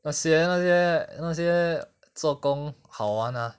那些那些那些做工好玩 ah